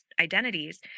identities